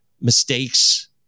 mistakes